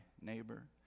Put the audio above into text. neighbor